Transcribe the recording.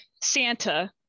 santa